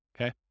okay